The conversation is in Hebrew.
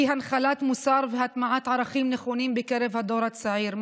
היא הנחלת מוסר והטמעת ערכים נכונים בקרב הדור הצעיר.